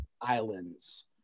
islands